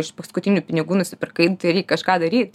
iš paskutinių pinigų nusipirkai tai reik kažką daryt